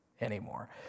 anymore